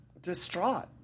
distraught